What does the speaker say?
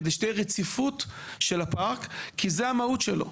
כדי שתהיה רציפות של הפארק כי זה המהות שלו.